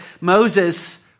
Moses